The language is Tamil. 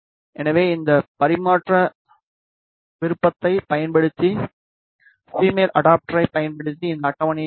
எனவே இந்த பரிமாற்ற விருப்பத்தைப் பயன்படுத்தி பிமேல் அடாப்டரைப் பயன்படுத்தி இந்த அட்டவணையை இணைக்கவும்